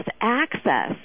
access